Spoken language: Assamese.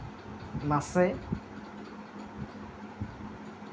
নাচে